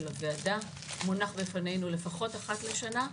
הוועדה מונח בפנינו לפחות אחת לשנה.